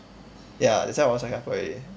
ya that sem was second upper already